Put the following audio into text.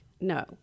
No